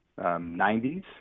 90s